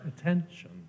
attention